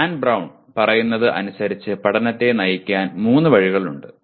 an Brown പറയുന്നത് അനുസരിച്ചു പഠനത്തെ നയിക്കാൻ മൂന്ന് വഴികളുണ്ട്